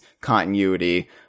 continuity